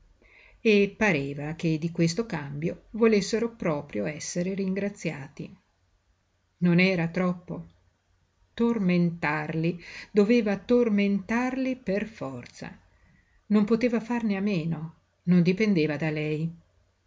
e pareva che di questo cambio volessero proprio essere ringraziati non era troppo tormentarli doveva tormentarli per forza non poteva farne a meno non dipendeva da lei